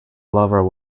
lover